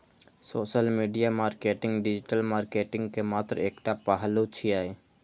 social media marketing digital marketing के मात्र एकटा पहलू छियै